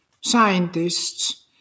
scientists